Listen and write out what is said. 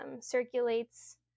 circulates